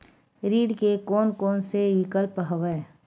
ऋण के कोन कोन से विकल्प हवय?